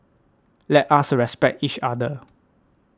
let us respect each other